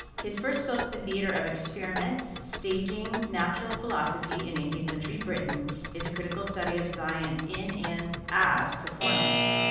his first book the theater of experiment, staging natural philosophy in eighteenth century britain is a critical study of science in and as performance.